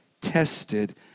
Tested